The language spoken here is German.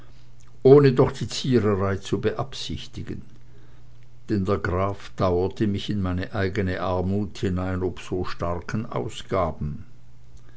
ohne doch die ziererei zu beabsichtigen denn der graf dauerte mich in meine eigene armut hinein ob so starken ausgaben